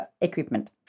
equipment